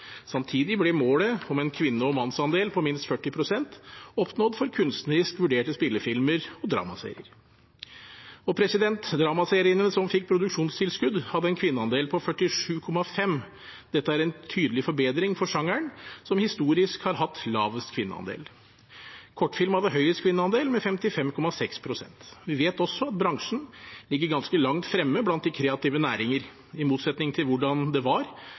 Samtidig ble målet om en kvinne- og mannsandel på minst 40 pst. oppnådd for kunstnerisk vurderte spillefilmer og dramaserier. Dramaseriene som fikk produksjonstilskudd, hadde en kvinneandel på 47,5 pst. Dette er en tydelig forbedring for sjangeren, som historisk har hatt lavest kvinneandel. Kortfilm hadde høyest kvinneandel, med 55,6 pst. Vi vet også at bransjen ligger ganske langt fremme blant de kreative næringer. I motsetning til hvordan det var